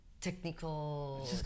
technical